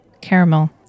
caramel